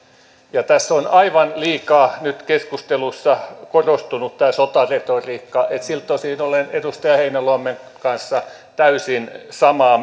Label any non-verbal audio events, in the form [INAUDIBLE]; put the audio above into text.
tässä on aivan liikaa nyt keskustelussa korostunut tämä sotaretoriikka niin että siltä osin olen edustaja heinäluoman kanssa täysin samaa [UNINTELLIGIBLE]